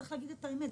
וצריך להגיד את האמת,